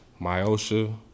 Myosha